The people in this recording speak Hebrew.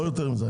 לא יותר מזה,